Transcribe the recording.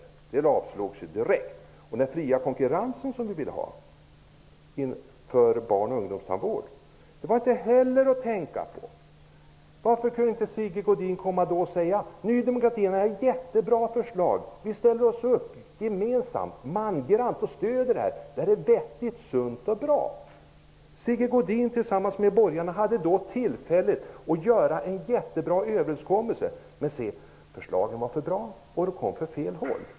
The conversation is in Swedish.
Det avslogs direkt! Den fria konkurrens som vi i Ny demokrati vill ha för barnoch ungdomstandvård var inte heller att tänka på! Varför kunde inte Sigge Godin säga: Ny demokrati har jättebra förslag!, vi stöder det och ställer oss mangrant och gemensamt bakom det, det är vettigt, sunt och bra? Sigge Godin tillsammans med de borgerliga hade tillfälle att göra en jättebra överenskommelse, men förslagen var för bra och de kom från fel håll!